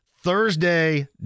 Thursday